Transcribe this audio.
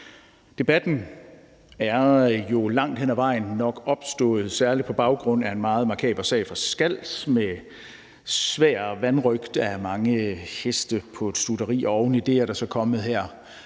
Debatten er jo langt hen ad vejen nok opstået særlig på baggrund er en meget makaber sag fra Skals om svær vanrøgt af mange heste på et stutteri. Oven i det er der så her